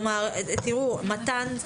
אם כן,